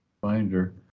binder